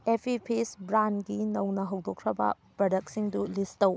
Appy ꯐꯤꯖ ꯕ꯭ꯔꯥꯟꯒꯤ ꯅꯧꯅ ꯍꯧꯗꯣꯛꯈ꯭ꯔꯕ ꯄ꯭ꯔꯗꯛꯁꯤꯡꯗꯨ ꯂꯤꯁ ꯇꯧ